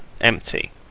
empty